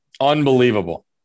Unbelievable